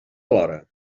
alhora